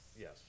yes